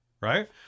right